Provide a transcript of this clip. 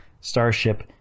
starship